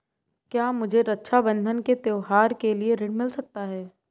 क्या मुझे रक्षाबंधन के त्योहार के लिए ऋण मिल सकता है?